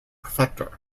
prefecture